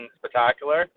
spectacular